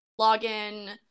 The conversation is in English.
login